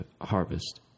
harvest